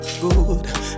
good